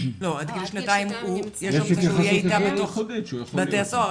הוא יכול להיות איתה בבית הסוהר,